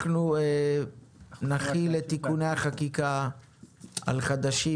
אנחנו נחיל את תיקוני החקיקה על הוותיקים